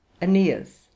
Aeneas